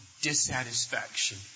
dissatisfaction